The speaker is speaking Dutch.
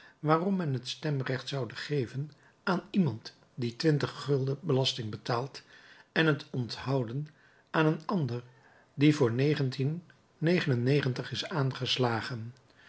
waarom men het stemrecht zoude geven aan iemand die belasting betaalt en het onthouden aan een ander die voor is aangeslagen